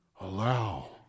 Allow